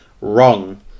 Wrong